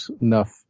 enough